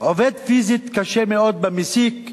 עובד פיזית קשה מאוד במסיק,